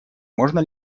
можно